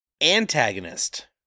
Antagonist